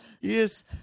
Yes